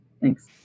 Thanks